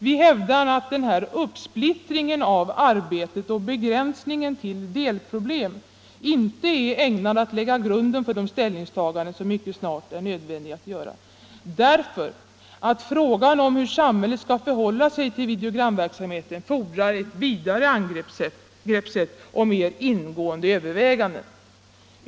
Vi hävdar att denna uppsplittring av arbetet och denna begränsning till delproblem inte är ägnat att lägga grund för de ställningstaganden som det mycket snart är nödvändigt att ta, därför att frågan om hur samhället skall förhålla sig till videogramverksamheten fordrar ett vidare angreppssätt och mera ingående överväganden.